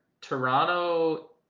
Toronto